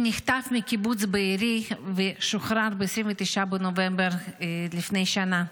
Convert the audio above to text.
שנחטף מקיבוץ בארי ושוחרר ב-29 בנובמבר לפני שנה.